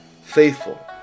Faithful